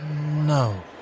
No